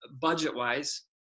budget-wise